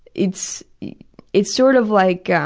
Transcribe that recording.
it's it's sort of like